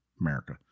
America